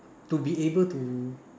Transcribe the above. to be able to